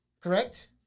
correct